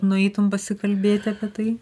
nueitum pasikalbėt apie tai